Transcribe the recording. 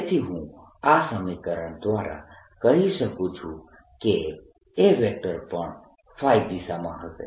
તેથી હું આ સમીકરણ દ્વારા કહી શકું છું કે A પણ દિશામાં હશે